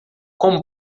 como